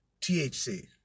THC